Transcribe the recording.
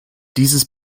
dieses